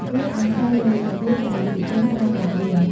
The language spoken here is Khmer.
វាអាស្រ័យលើរបៀបដែលយុវជនប្រើប្រាស់វា។